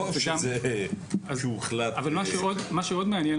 אבל מה שעוד מעניין,